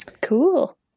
Cool